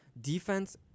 Defense